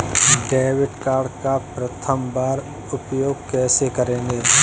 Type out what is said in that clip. Debit card का प्रथम बार उपयोग कैसे करेंगे?